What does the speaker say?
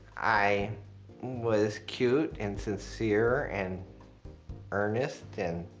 i was cute and sincere, and earnest and